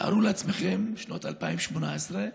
תארו לעצמכם, שנת 2018,